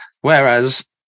Whereas